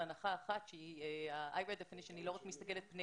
על הנחה אחת שה-איירה דפנישן לא רק מסתכלת פני